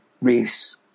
race